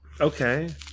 Okay